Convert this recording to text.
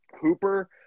Hooper